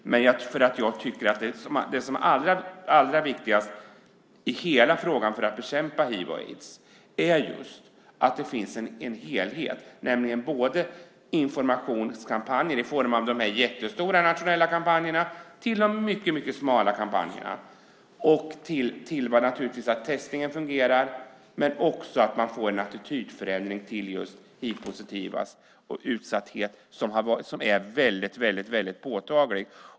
Det som är allra viktigast i frågan om att bekämpa hiv och aids är just att det finns en helhet - dels informationskampanjer, i form av både de jättestora nationella kampanjerna och mycket smala kampanjer, dels att testningen fungerar och att man också får en attitydförändring när det gäller de hivpositivas utsatthet som är väldigt påtaglig.